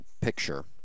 picture